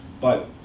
but